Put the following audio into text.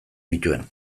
nituen